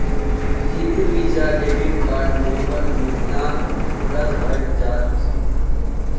दीदीर visa debit card नवंबर महीनात रद्द हइ जा तोक